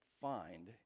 find